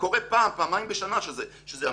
קורה פעם, פעמיים בשנה שזה המצב.